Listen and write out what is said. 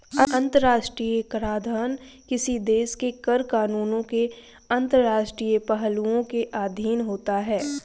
अंतर्राष्ट्रीय कराधान किसी देश के कर कानूनों के अंतर्राष्ट्रीय पहलुओं के अधीन होता है